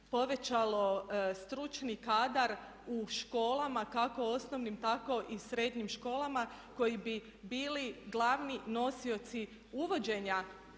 povećalo stručni kadar u školama kako osnovnim tako i srednjim školama koji bi bili glavni nosioci uvođenja